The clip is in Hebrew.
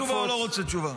רוצה תשובה או לא רוצה תשובה?